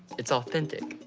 it's authentic.